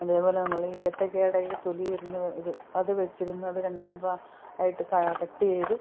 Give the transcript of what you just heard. അതേപോലെ നമ്മളീ ഏത്തയ്ക്കാടെയൊക്കെ തൊലി വരുന്ന ഇത് അത് വെച്ചിരുന്ന് അത് രണ്ട് മൂന്ന് ഭാ ആയിട്ട് കട്ട് ചെയ്ത്